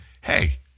hey